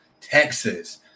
Texas